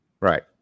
Right